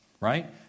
right